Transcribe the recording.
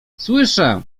słyszę